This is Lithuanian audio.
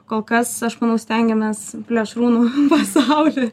kol kas aš manau stengiamės plėšrūnų pasauly